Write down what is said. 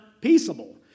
peaceable